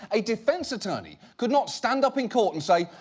a defense attorney could not stand up in court and say,